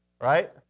Right